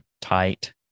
tight